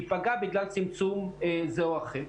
ייפגע בגלל צמצום זה או אחר.